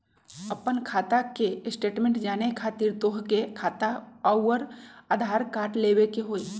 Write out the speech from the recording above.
आपन खाता के स्टेटमेंट जाने खातिर तोहके खाता अऊर आधार कार्ड लबे के होइ?